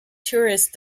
tourist